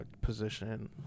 position